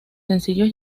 sencillos